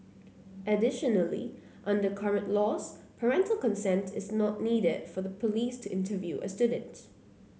additionally under current laws parental consent is not needed for the police to interview a student